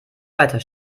weiter